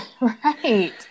Right